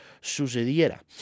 sucediera